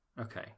Okay